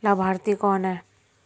लाभार्थी कौन है?